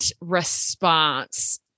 response